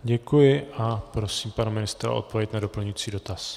Děkuji a prosím pana ministra o odpověď na doplňující dotaz.